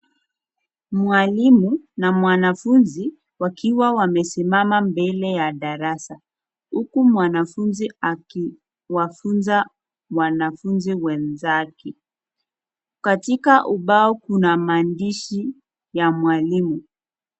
Mwalimu na mwanafunzi wakiwa wamesimama mbele ya darasa, huku mwanafunzi akiwafunza wanafunzi wenzake, katika ubao kuna maandishi ya mwalimu.